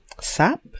sap